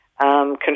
control